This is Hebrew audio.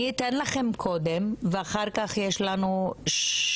אני אתן לכם קודם ואחר כך יש לנו שלושת